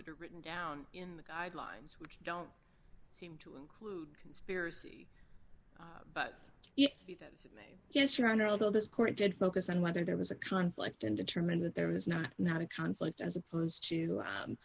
that are written down in the guidelines which don't to include conspiracy but yes yes your honor although this court did focus on whether there was a conflict and determined that there was not not a conflict as opposed to